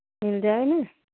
मिल जाएंगे